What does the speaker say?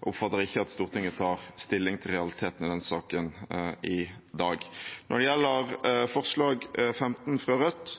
oppfatter ikke at Stortinget tar stilling til realiteten i den saken i dag. Når det gjelder forslag nr. 15, fra Rødt,